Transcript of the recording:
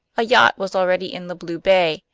a yacht was already in the blue bay,